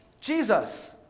Jesus